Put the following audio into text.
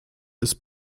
ist